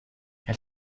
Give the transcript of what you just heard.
elle